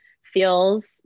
feels